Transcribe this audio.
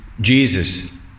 Jesus